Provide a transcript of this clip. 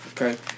Okay